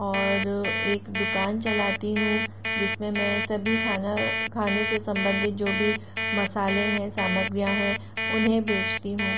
और एक दुकान चलाती हूँ जिसमें मैं सभी खाना खाने से सम्बंधित जो भी मसाले हैं सामग्रीयाँ हैं उन्हें बेचती हूँ